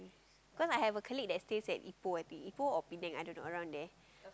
cause I have a colleague that stays at Ipoh I think Ipoh or Penang I don't know around there